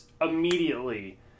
Immediately